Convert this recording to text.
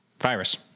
Virus